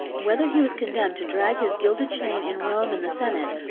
whether he was condemned to drag his gilded chain in rome and the senate,